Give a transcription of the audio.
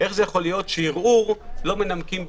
ייתכן שערעור לא מנמקים בכלל.